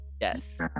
Yes